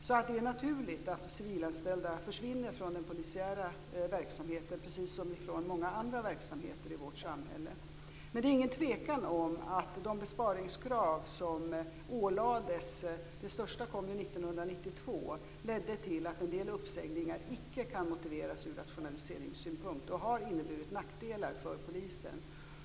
Det är alltså naturligt att civilanställda försvinner från den polisiära verksamheten, precis som från många andra verksamheter i vårt samhälle. Men det är inget tvivel om att de besparingskrav som har ålagts - det största kom ju 1992 - har lett till att en del uppsägningar icke kan motiveras ur rationaliseringssynpunkt och har inneburit nackdelar för polisen.